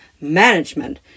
management